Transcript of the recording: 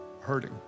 hurting